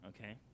okay